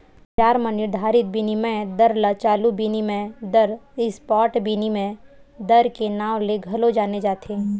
बजार म निरधारित बिनिमय दर ल चालू बिनिमय दर, स्पॉट बिनिमय दर के नांव ले घलो जाने जाथे